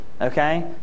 okay